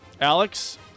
Alex